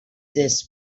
this